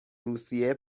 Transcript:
روسیه